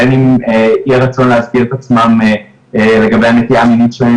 בין אם יהיה רצון להסגיר את עצמם לגבי הנטייה המינית שלהם